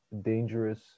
dangerous